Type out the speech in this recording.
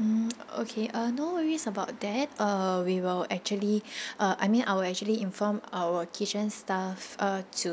mm okay uh no worries about that uh we will actually uh I mean I will actually inform our kitchen staff uh to